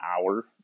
hour